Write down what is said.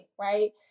right